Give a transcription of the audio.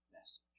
message